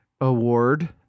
award